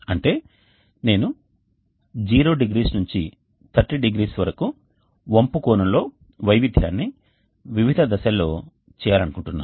అంటే నేను 0 డిగ్రీల నుండి 30 డిగ్రీల వరకు వంపు కోణంలో వైవిధ్యాన్ని వివిధ దశల్లో చేయాలనుకుంటున్నాను